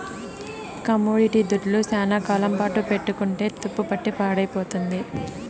commodity దుడ్లు శ్యానా కాలం పాటు పెట్టుకుంటే తుప్పుపట్టి పాడైపోతుంది